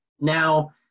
Now